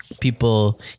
people